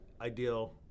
ideal